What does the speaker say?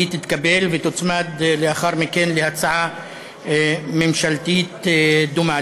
תתקבל ותוצמד לאחר מכן להצעה ממשלתית דומה.